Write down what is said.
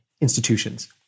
institutions